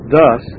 Thus